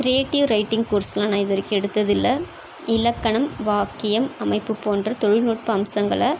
creative writing கோர்ஸ்லாம் நான் இதுவரைக்கும் எடுத்ததில்லை இலக்கணம் வாக்கியம் அமைப்பு போன்ற தொழில்நுட்ப அம்சங்களை